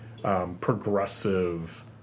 progressive